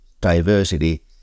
diversity